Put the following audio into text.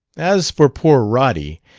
as for poor roddy,